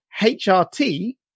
HRT